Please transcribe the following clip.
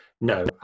No